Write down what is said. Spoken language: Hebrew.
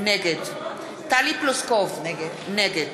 נגד טלי פלוסקוב, נגד